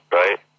right